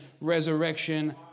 resurrection